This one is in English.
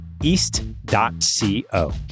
East.co